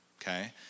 okay